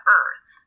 earth